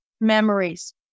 memories